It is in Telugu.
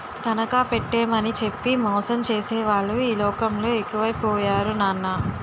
తనఖా పెట్టేమని చెప్పి మోసం చేసేవాళ్ళే ఈ లోకంలో ఎక్కువై పోయారు నాన్నా